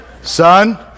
Son